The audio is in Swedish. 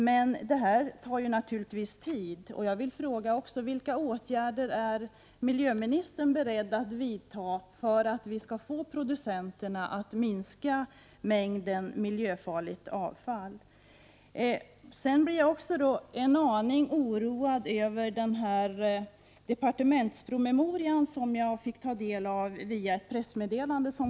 Men det här tar 26 maj 1989 vidta när det gäller att förmå producenterna att minska mängden miljöfarligt citeten för miljöfarligt avfall? avfall Jag är en aning oroad över en departementspromemoria som jag kunde ta del av via ett pressmeddelande i går.